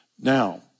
Now